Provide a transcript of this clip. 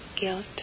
guilt